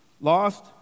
Lost